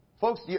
Folks